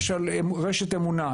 למשל, רשת אמונה.